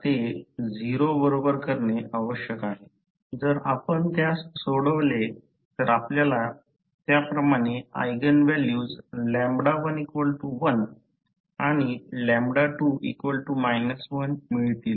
आपल्याला ते 0 बरोबर करणे आवश्यक आहे जर आपण त्यास सोडवले तर आपल्याला त्याप्रमाणे ऎगेन व्हॅल्यूज 11आणि 2 1 मिळतील